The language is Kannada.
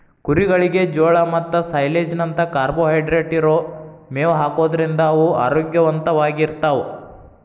ಕುರಿಗಳಿಗೆ ಜೋಳ ಮತ್ತ ಸೈಲೇಜ್ ನಂತ ಕಾರ್ಬೋಹೈಡ್ರೇಟ್ ಇರೋ ಮೇವ್ ಹಾಕೋದ್ರಿಂದ ಅವು ಆರೋಗ್ಯವಂತವಾಗಿರ್ತಾವ